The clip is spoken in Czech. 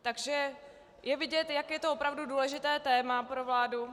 Takže je vidět, jak je to opravdu důležité téma pro vládu.